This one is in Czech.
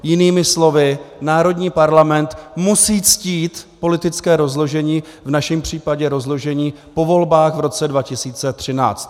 Jinými slovy, národní parlament musí ctít politické rozložení, v našem případě rozložení po volbách v roce 2013.